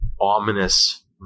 ominous